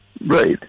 Right